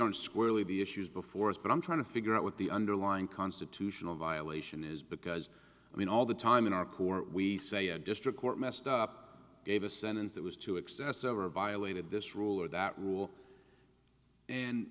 are squarely the issues before us but i'm trying to figure out what the underlying constitutional violation is because i mean all the time in our court we say a district court messed up gave a sentence that was too excessive or violated this rule or that rule and